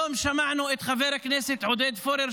היום שמענו את חבר הכנסת עודד פורר,